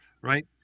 right